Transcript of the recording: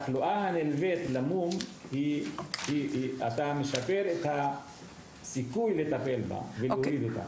אפשר לשפר את הסיכוי לטפל בתחלואה הנלווית למום ולהוריד אותה.